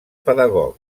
pedagog